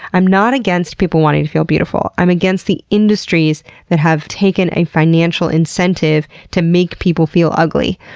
i'm not against people wanting to feel beautiful, i'm against the industries that have taken a financial incentive to make people feel ugly.